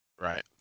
Right